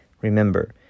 Remember